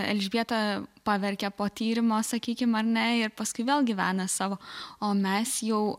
elžbieta paverkia po tyrimo sakykim ar ne ir paskui vėl gyvena savo o mes jau